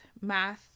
math